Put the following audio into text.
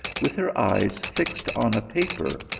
with her eyes fixed on a paper,